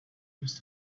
used